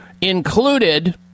included